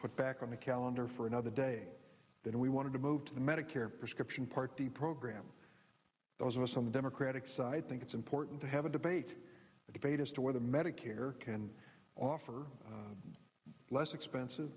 put back on the calendar for another day then we wanted to move to the medicare prescription part d program those of us on the democratic side think it's important to have a debate a debate as to whether medicare can offer less expensive